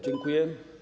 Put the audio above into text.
Dziękuję.